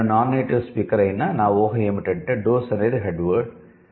నేను non native speaker అయినా నా ఊహ ఏమిటంటే 'డోస్' అనేది 'హెడ్ వర్డ్'